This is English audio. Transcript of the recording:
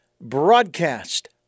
broadcast